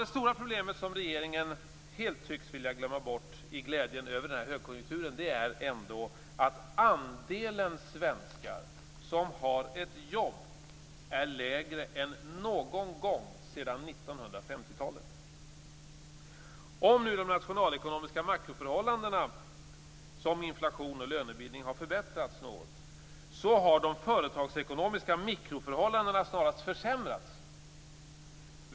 Det stora problemet, som regeringen helt tycks vilja glömma bort i glädjen över högkonjunkturen, är att andelen svenskar som har ett jobb är lägre än någon gång sedan 1950-talet. Om nu de nationalekonomiska makroförhållandena, som inflation och lönebildning, har förbättrats något så har de företagsekonomiska mikroförhållandena snarast försämrats.